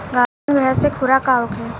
गाभिन भैंस के खुराक का होखे?